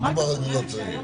לא מדובר על אם לא צריך.